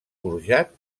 forjat